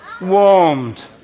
warmed